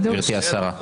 גברתי השרה?